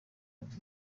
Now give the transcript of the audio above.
babiri